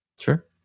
Sure